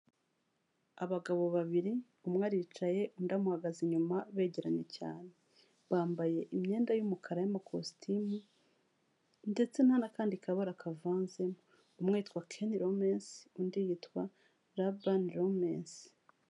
Abagabo babiri umwe aricaye, undi amuhagaze inyuma begeranye cyane, bambaye imyenda y'umukara y'amakositimu, ndetse nta n'akandi kabara kavanzemo, umwe yitwa Keni Romesi undi yitwa Raban Romensi.